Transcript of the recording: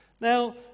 Now